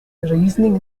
reasoning